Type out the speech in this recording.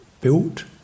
built